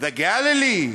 the Galilee,